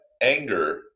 anger